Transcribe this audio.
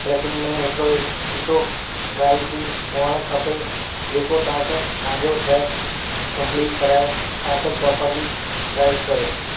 tracking में हिकिड़ो सुठो गाईड हुअणु खपे जेको तव्हांखे तव्हांजो ट्रैक कंपलीट कराए तव्हांखे प्रोपर गाईड करे